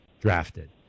drafted